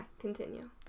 continue